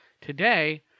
Today